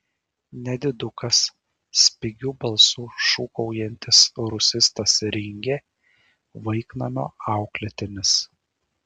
nedidukas spigiu balsu šūkaujantis rusistas ringė vaiknamio auklėtinis